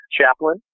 chaplain